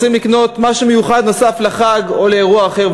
רוצים לקנות משהו מיוחד נוסף לחג או לאירוע אחר,